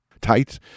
tight